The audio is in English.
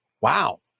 wow